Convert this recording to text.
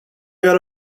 got